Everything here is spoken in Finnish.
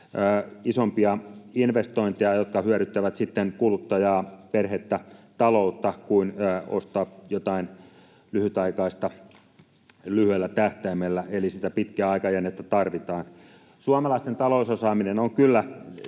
isompia investointeja, jotka hyödyttävät sitten kuluttajaa, perhettä, taloutta, kuin ostaa jotain lyhytaikaista lyhyellä tähtäimellä, eli sitä pitkää aikajännettä tarvitaan. Suomalaisten talousosaaminen on kyllä